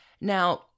Now